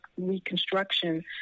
Reconstruction